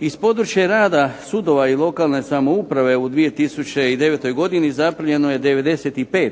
Iz područja rada sudova i lokalne samouprave u 2009. godini zaprimljeno je 95